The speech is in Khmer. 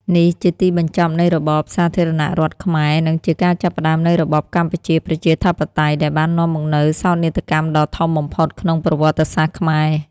នេះជាទីបញ្ចប់នៃរបបសាធារណរដ្ឋខ្មែរ និងជាការចាប់ផ្តើមនៃរបបកម្ពុជាប្រជាធិបតេយ្យ ដែលបាននាំមកនូវសោកនាដកម្មដ៏ធំបំផុតក្នុងប្រវត្តិសាស្ត្រខ្មែរ។